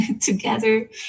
together